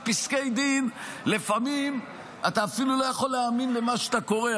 בפסקי דין לפעמים אתה אפילו לא יכול להאמין למה שאתה קורא.